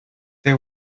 they